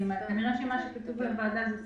אז כנראה שמה שכתוב לוועדה זה תקציר.